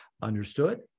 understood